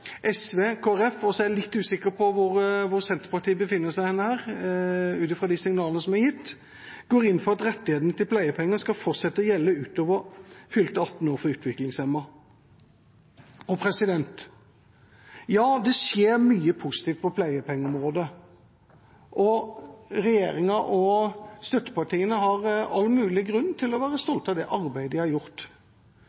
SV og Kristelig Folkeparti – jeg er litt usikker på hvor Senterpartiet befinner seg her, ut fra de signalene som er gitt – går inn for at rettighetene til pleiepenger skal fortsette å gjelde utover fylte 18 år for utviklingshemmede. Det skjer mye positivt på pleiepengeområdet, og regjeringa og støttepartiene har all mulig grunn til å være